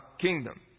kingdom